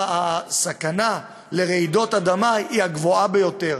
הסכנה לרעידות אדמה היא הגבוהה ביותר.